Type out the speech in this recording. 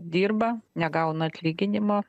dirba negauna atlyginimo